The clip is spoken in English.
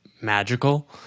magical